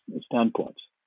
standpoints